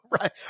Right